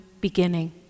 beginning